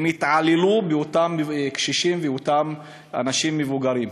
הם התעללו באותם קשישים ואותם אנשים מבוגרים.